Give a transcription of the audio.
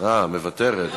אה, מוותרת.